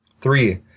Three